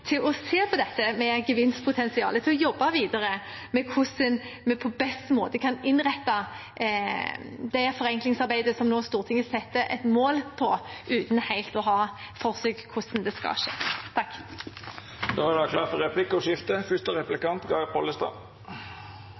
til å se på dette med gevinstpotensial, og til å jobbe videre med hvordan en på best måte kan innrette det forenklingsarbeidet som Stortinget nå setter et mål for uten helt å ha for seg hvordan det skal skje.